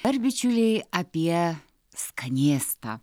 ar bičiuliai apie skanėstą